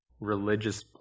religious